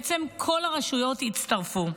בעצם כל הרשויות הצטרפו,